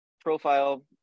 profile